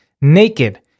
naked